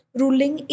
ruling